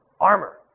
armor